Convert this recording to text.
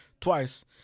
twice